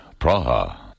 Praha. (